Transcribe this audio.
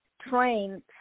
trained